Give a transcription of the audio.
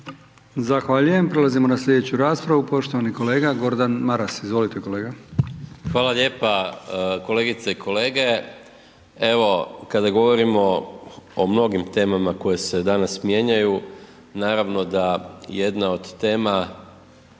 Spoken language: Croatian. Zahvaljujem. Prelazimo na slijedeću raspravu, poštovani kolega Gordan Maras, izvolite kolega. **Maras, Gordan (SDP)** Hvala lijepa. Kolegice i kolege, evo kada govorimo o mnogim temama koje se danas mijenjaju, naravno da jedna od tema